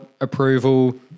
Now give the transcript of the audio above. approval